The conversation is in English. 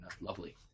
Lovely